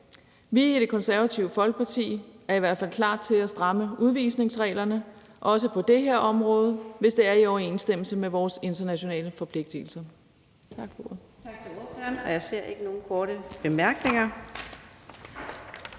Vi i Det Konservative Folkeparti er i hvert fald klar til at stramme udvisningsreglerne, også på det her område, hvis det er i overensstemmelse med vores internationale forpligtigelser.